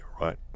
right